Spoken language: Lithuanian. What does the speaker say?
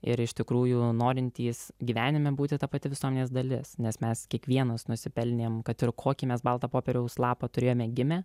ir iš tikrųjų norintys gyvenime būti ta pati visuomenės dalis nes mes kiekvienas nusipelnėm kad ir kokį mes baltą popieriaus lapą turėjome gimę